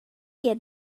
get